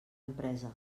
empresa